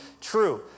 true